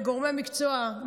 לגורמי מקצוע,